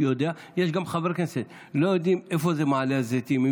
יש גם חברי כנסת שלא יודעים איפה זה מעלה הזיתים.